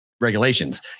regulations